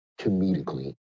comedically